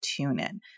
TuneIn